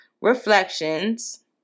Reflections